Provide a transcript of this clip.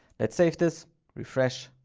let's save this refresh.